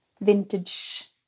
vintage